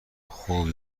خوب